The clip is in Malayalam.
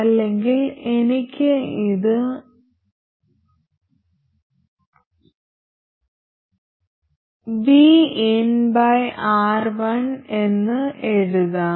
അല്ലെങ്കിൽ എനിക്ക് ഇത് vinR1 എന്ന് എഴുതാം